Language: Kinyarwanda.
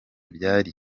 byari